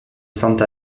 santa